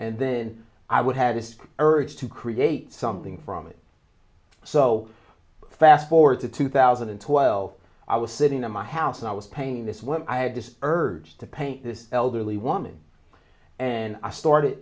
and then i would have this urge to create something from it so fast forward to two thousand and twelve i was sitting in my house and i was painting this one i had this urge to paint this elderly woman and i started